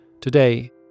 today